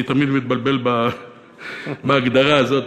אני תמיד מתבלבל בהגדרה הזאת,